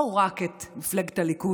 לא רק את מפלגת הליכוד,